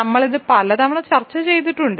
നമ്മൾ ഇത് പലതവണ ചർച്ച ചെയ്തിട്ടുണ്ട്